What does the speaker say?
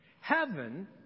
Heaven